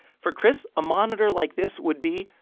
for chris, a monitor like this would be,